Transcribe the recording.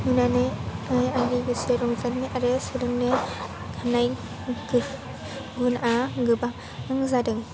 नुनानै आंनि गोसो रंजानो आरो सोलोंनो होननाय गुबुना गोबां जादों